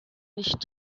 nicht